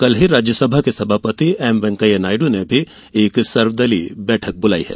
कल ही राज्यसभा के सभापति एम वेंकैया नायडू ने भी एक सर्वदलीय बैठक बुलायी है